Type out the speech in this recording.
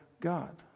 God